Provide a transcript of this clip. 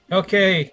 okay